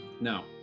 No